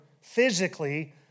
physically